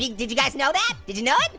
did did you guys know that? did you know